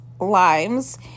limes